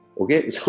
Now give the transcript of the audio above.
Okay